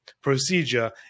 procedure